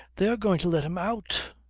they are going to let him out.